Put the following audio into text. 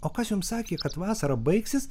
o kas jums sakė kad vasara baigsis